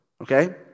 okay